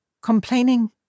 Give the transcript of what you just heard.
complaining